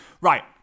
Right